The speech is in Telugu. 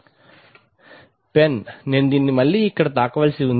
పెన్ నేను దాన్ని మళ్ళీ ఇక్కడ తాకవలసి ఉంది